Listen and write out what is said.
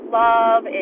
love